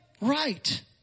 right